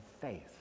faith